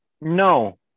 No